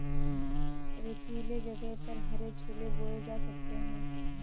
रेतीले जगह पर हरे छोले बोए जा सकते हैं